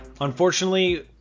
Unfortunately